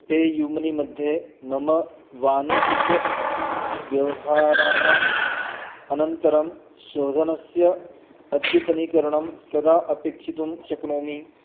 PayU money मध्ये मम वाणिज्यिकव्यवहाराणाम् अनन्तरं शोधनस्य अद्यतनीकरणं कदा अपेक्षितुं शक्नोमि